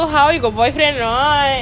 I'm glad we found